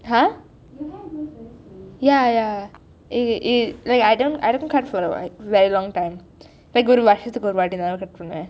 !huh! ya ya like I don't I don't cut for a while very long time like a ஒரு வருஷத்திற்கு ஒரு வாட்டி தான்:oru varushatirku oru vaati thaan cut பன்னுவேன்:pannuven